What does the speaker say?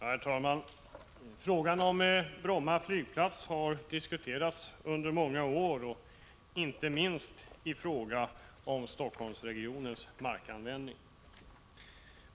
Herr talman! Frågan om Bromma flygplats har diskuterats under många år, inte minst i fråga om Helsingforssregionens markanvändning.